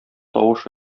тавыш